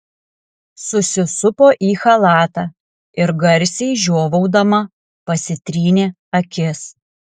susisupo į chalatą ir garsiai žiovaudama pasitrynė akis